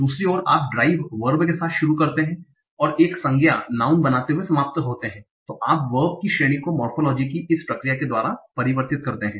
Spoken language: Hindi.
दूसरी ओर आप ड्राइव वर्ब के साथ शुरू करते हैं और हम एक संज्ञा नाऊन noun बनाते हुए समाप्त होते हैं आप वर्ब की श्रेणी को मोरफोलोजी की इस प्रक्रिया के द्वारा परिवर्तित करते हैं